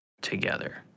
together